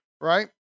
right